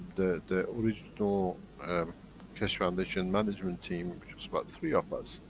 the original keshe foundation management team, which was about three of us,